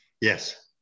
Yes